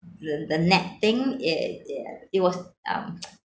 the the net thing it it it was um